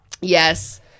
Yes